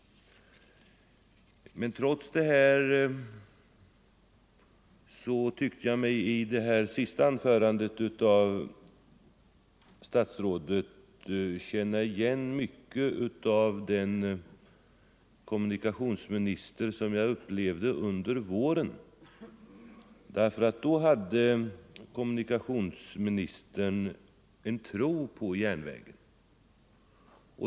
Trots allt detta tyckte jag mig emellertid i statsrådets senaste anförande känna igen mycket av den kommunikationsminister jag upplevde under våren. Då hade kommunikationsministern en tro på järnvägen.